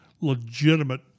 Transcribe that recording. legitimate